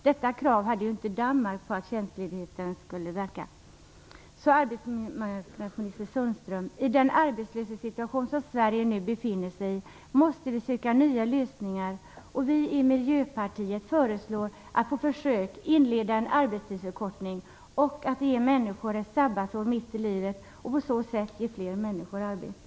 Detta krav på tjänstledigheten hade inte Danmark. Så, arbetsmarknadsminister Sundström, i den arbetslöshetssituation som Sverige nu befinner sig i måste vi söka nya lösningar och vi i Miljöpartiet föreslår att man på försök inleder en arbetstidsförkortning och ger människor ett sabbatsår mitt i livet. På så sätt ger man fler människor arbete.